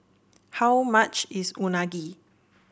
how much is Unagi